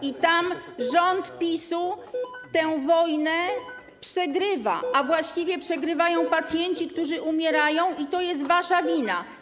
I tam rząd PiS-u tę wojnę przegrywa, a właściwie przegrywają pacjenci, którzy umierają, i to jest wasza wina.